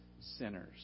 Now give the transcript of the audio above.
sinners